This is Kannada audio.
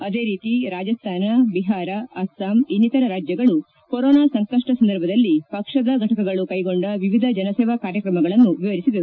ಅದೇ ರೀತಿ ರಾಜಸ್ತಾನ ಬಿಹಾರ ಅಸ್ವಾಂ ಇನ್ನಿತರ ರಾಜ್ಲಗಳು ಕೊರೋನಾ ಸಂಕಷ್ನ ಸಂದರ್ಭದಲ್ಲಿ ಪಕ್ಷದ ಫಟಕಗಳು ಕ್ಷೆಗೊಂಡ ವಿವಿಧ ಜನಸೇವಾ ಕಾರ್ಯಕ್ರಮಗಳನ್ನು ವಿವರಿಸಿದವು